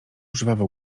żwawo